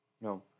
No